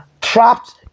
trapped